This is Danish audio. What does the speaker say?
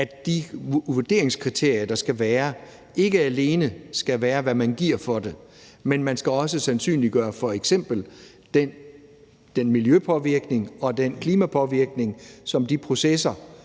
set udbyder f.eks. havarealer på, ikke alene skal handle om, hvad man giver for det, men at man også skal sandsynliggøre f.eks. den miljøpåvirkning og den klimapåvirkning, som de processer,